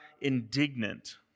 indignant